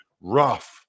Rough